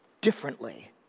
differently